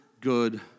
good